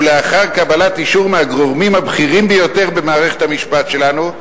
ולאחר קבלת אישור מהגורמים הבכירים ביותר במערכת המשפט שלנו,